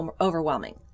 overwhelming